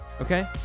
okay